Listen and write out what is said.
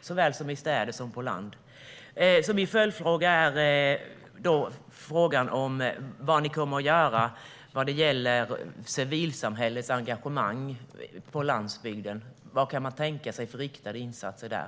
såväl som i städerna. Min följdfråga är vad ni kommer att göra vad gäller civilsamhällets engagemang på landsbygden. Vad kan man tänka sig för riktade insatser där?